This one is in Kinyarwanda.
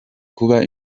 kuba